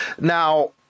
Now